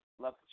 love